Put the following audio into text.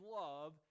love